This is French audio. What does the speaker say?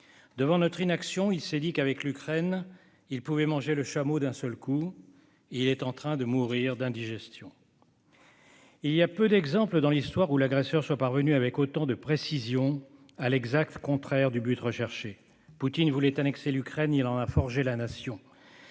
Devant notre inaction, il s'est dit qu'avec l'Ukraine, il pouvait manger le chameau d'un seul coup. Il est en train de mourir d'indigestion. Il y a peu d'exemples dans l'Histoire où l'agresseur soit parvenu avec autant de précision à l'exact contraire du but recherché. Poutine voulait annexer l'Ukraine ? Il en a forgé la nation.